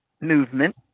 movement